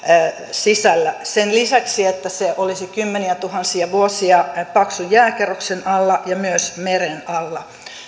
sisällä sen lisäksi että se olisi kymmeniätuhansia vuosia paksun jääkerroksen alla ja myös meren alla